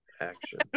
action